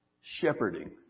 shepherding